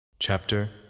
Chapter